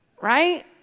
Right